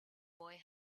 boy